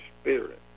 spirit